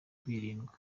kwirindwa